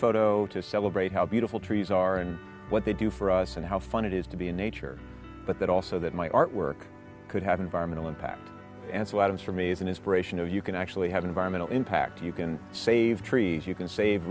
photo to celebrate how beautiful trees are and what they do for us and how fun it is to be in nature but that also that my artwork could have environmental impact and so items for me as an inspiration of you can actually have environmental impact you can save trees you can save